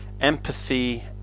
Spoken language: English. empathy